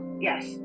yes